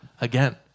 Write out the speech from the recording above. again